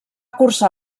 cursar